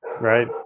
right